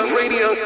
radio